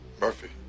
Murphy